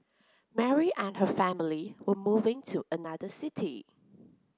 Mary and her family were moving to another city